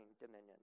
dominion